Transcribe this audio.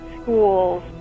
schools